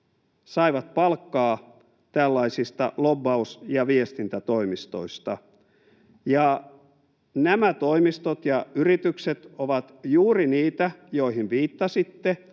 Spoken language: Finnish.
saivat palkkaa tällaisista lobbaus- ja viestintätoimistoista. Nämä toimistot ja yritykset ovat juuri niitä, joihin viittasitte,